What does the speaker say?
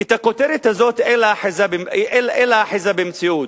הכותרת הזאת, אין לה אחיזה במציאות.